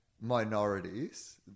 minorities